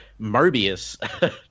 Mobius